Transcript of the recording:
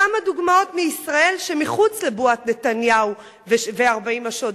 כמה דוגמאות מישראל שמחוץ לבועת נתניהו ו-40 השודדים,